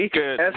good